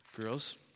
Girls